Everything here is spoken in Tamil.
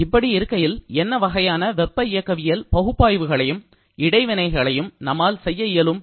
இப்படி இருக்கையில் என்ன வகையான வெப்ப இயக்கவியல் பகுப்பாய்வுகளையும் இடைவினைகளையும் நம்மால் செய்ய இயலும்